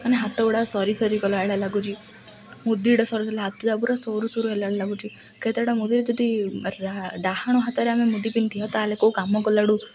ମାନେ ହାତଗୁଡ଼ା ସରି ସରି ଗଲା ଭଳିଆ ଲାଗୁଛି ମୁଦିଟା ସରି ଗଲେ ହାତ ଯାକ ପୁରା ସରୁ ସରୁ ହେଲା ଭଳିଆ ଲାଗୁଛି କେତେଟା ମୁଦିରେ ଯଦି ଡ଼ାହାଣ ହାତରେ ଆମେ ମୁଦି ପିନ୍ଧୁଥିବା ତାହେଲେ କୋଉ କାମ କଲାଠୁ